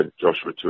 Joshua